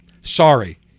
Sorry